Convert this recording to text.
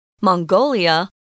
Mongolia